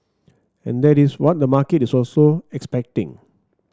and that is what the market is also expecting